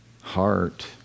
heart